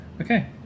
Okay